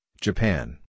Japan